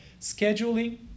scheduling